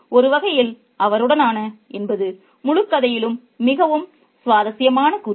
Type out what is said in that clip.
ஒரு வகையில் அவருடனா என்பது முழு கதையிலும் மிகவும் சுவாரஸ்யமான கூற்று